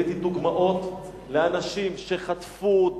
הבאתי דוגמאות של אנשים שחטפו,